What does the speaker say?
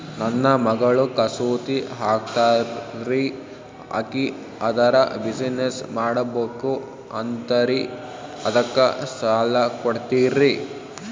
ನನ್ನ ಮಗಳು ಕಸೂತಿ ಹಾಕ್ತಾಲ್ರಿ, ಅಕಿ ಅದರ ಬಿಸಿನೆಸ್ ಮಾಡಬಕು ಅಂತರಿ ಅದಕ್ಕ ಸಾಲ ಕೊಡ್ತೀರ್ರಿ?